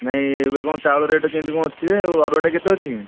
ନାଇଁ ଏବେ କ'ଣ ଚାଉଳ ରେଟ୍ କେମିତି କ'ଣ ଅଛି ଯେ ଆଉ ଅରୁଆଟା କେତେ ଅଛି